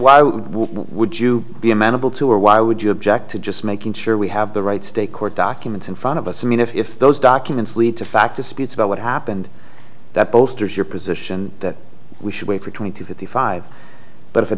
we would you be amenable to or why would you object to just making sure we have the right state court documents in front of us i mean if those documents lead to fact disputes about what happened that poster's your position that we should wait for twenty to fifty five but if it